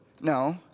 No